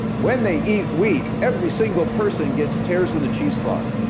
when they eat wheat, every single person gets tears in the cheese cloth.